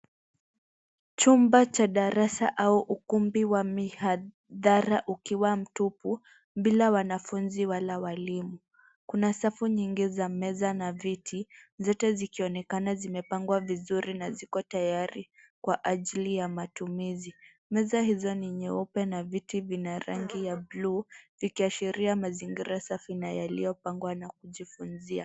Chumba cha darasa au ukumbi wa mihadhara ukiwa mtupu bila wanafunzi wala walimu. Kuna safu nyingi za meza na viti, zote zikionekana zikiwa zimepangwa vizuri na ziko tayari kwa ajili ya matumizi. Meza hizo ni nyeupe na viti vina rangi ya bluu, vikiashiria mazingira safi na yaliyopangwa na kujifunzia.